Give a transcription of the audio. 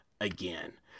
again